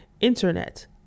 internet